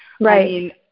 Right